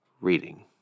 reading